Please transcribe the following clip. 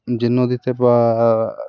যে নদীতে বা